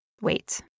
wait